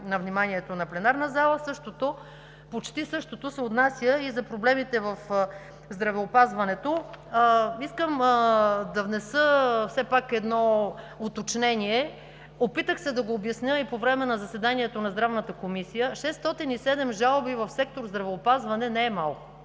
на вниманието на пленарната зала. Почти същото се отнася и за проблемите в здравеопазването. Искам да внеса едно уточнение. Опитах се да го обясня и по време на заседанието на Здравната комисия. Шестстотин и седем жалби в сектор „Здравеопазване“ не е малко!